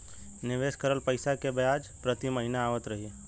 निवेश करल पैसा के ब्याज प्रति महीना आवत रही?